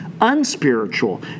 unspiritual